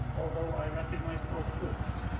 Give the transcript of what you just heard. although i recognise, of course,